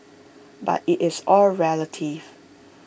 but IT is all relative